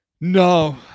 no